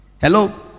Hello